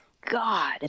God